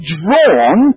drawn